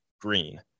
green